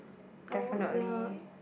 I would ya